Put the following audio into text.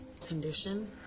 Condition